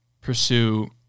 pursue